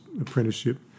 apprenticeship